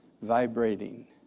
vibrating